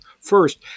first